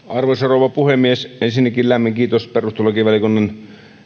arvoisa rouva puhemies ensinnäkin lämmin kiitos perustuslakivaliokunnan